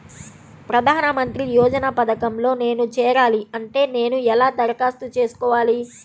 ప్రధాన మంత్రి యోజన పథకంలో నేను చేరాలి అంటే నేను ఎలా దరఖాస్తు చేసుకోవాలి?